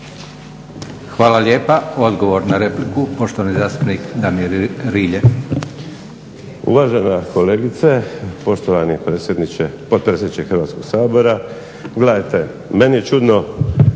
Hvala lijepa. Odgovor na repliku, poštovani zastupnik Damir Rilje. **Rilje, Damir (SDP)** Uvažena kolegice, poštovani potpredsjedniče Hrvatskog sabora. Gledajte meni je čudno